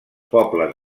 pobles